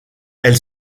elle